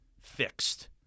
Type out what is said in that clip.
fixed